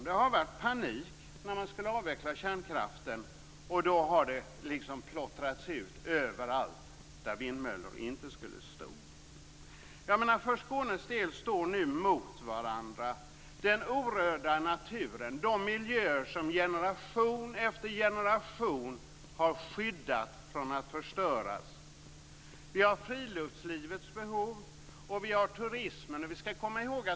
Det har ju rått panik därför att kärnkraften skall avvecklas. Då har det här plottrats ut överallt där det inte skulle stå några vindmöllor. För Skånes del gäller det nu den orörda naturen - miljöer som generation efter generation har skyddat från att förstöras - friluftslivets behov och turismen.